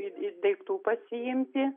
į į daiktų pasiimti